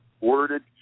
worded